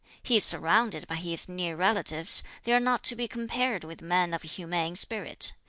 he is surrounded by his near relatives, they are not to be compared with men of humane spirit.